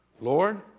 Lord